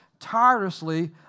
Tirelessly